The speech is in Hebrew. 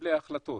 מקבלי ההחלטות,